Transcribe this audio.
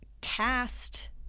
cast